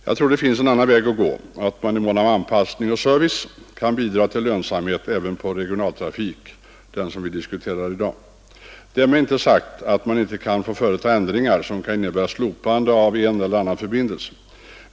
Jag tror att det finns en annan väg att gå och att man med anpassning och service kan bidra till lönsamhet även när det gäller regionaltrafik — den som vi diskuterar i dag. Därmed är inte sagt att man inte kan få företa ändringar som kan innebära slopande av en eller annan förbindelse.